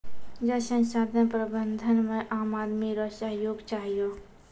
जल संसाधन प्रबंधन मे आम आदमी रो सहयोग चहियो